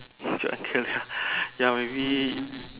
ya maybe